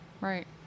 Right